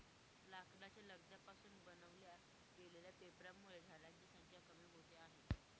लाकडाच्या लगद्या पासून बनवल्या गेलेल्या पेपरांमुळे झाडांची संख्या कमी होते आहे